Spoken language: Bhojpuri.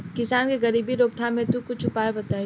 किसान के गरीबी रोकथाम हेतु कुछ उपाय बताई?